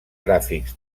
gràfics